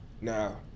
Now